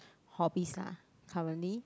hobbies lah currently